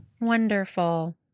Wonderful